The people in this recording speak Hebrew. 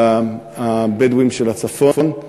הבדואים של הצפון,